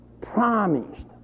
promised